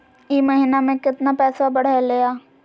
ई महीना मे कतना पैसवा बढ़लेया?